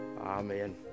Amen